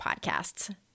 podcasts